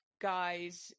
guys